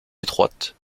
étroite